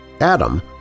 Adam